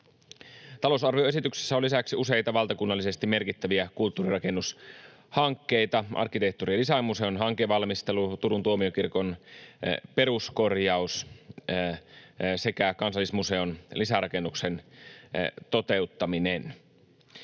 Talousarvioesityksessä on lisäksi useita valtakunnallisesti merkittäviä kulttuurirakennushankkeita, arkkitehtuuri- ja designmuseon hankevalmistelu, Turun tuomiokirkon peruskorjaus sekä Kansallismuseon lisärakennuksen toteuttaminen.